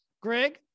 Greg